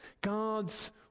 God's